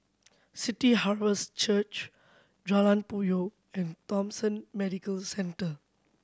City Harvest Church Jalan Puyoh and Thomson Medical Centre